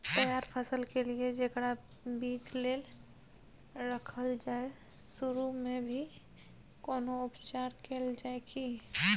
तैयार फसल के लिए जेकरा बीज लेल रखल जाय सुरू मे भी कोनो उपचार कैल जाय की?